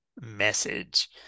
message